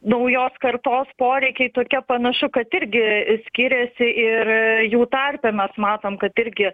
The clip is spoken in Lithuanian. naujos kartos poreikiai tokia panašu kad irgi skiriasi ir jų tarpe mes matom kad irgi